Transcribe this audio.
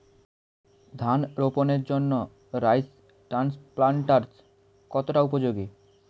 ধান রোপণের জন্য রাইস ট্রান্সপ্লান্টারস্ কতটা উপযোগী?